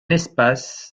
espace